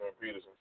Peterson